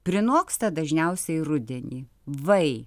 prinoksta dažniausiai rudenį vai